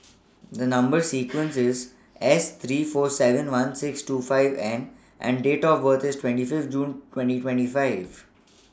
The Number sequence IS S three four seven one six two five N and Date of birth IS twenty five June twenty twenty five